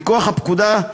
מכוח הפקודה,